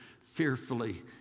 fearfully